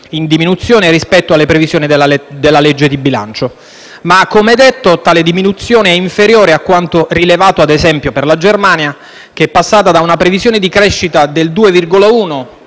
in diminuzione rispetto alle previsioni della legge di bilancio. Ma, come detto, tale diminuzione è inferiore a quanto rilevato, ad esempio, per la Germania, che è passata da una previsione di crescita del 2,1